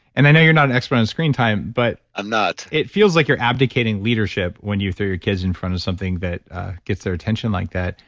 and i know you're not an expert on screen time butstew but i'm not it feels like you're abdicating leadership when you threw your kids in front of something that gets their attention like that.